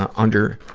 ah under,